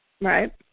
Right